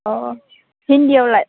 अ हिन्दीआवलाय